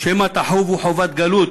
שמא תחובו חובת גלות